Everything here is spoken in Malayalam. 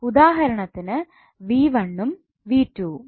ഉദാഹരണത്തിന് V1 ഉം V2 ഉം